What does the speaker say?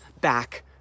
back